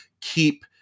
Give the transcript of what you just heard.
keep